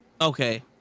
Okay